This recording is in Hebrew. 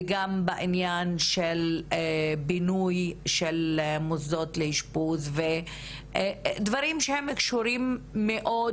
וגם בעניין של בינוי של מוסדות לאשפוז - דברים שקשורים מאוד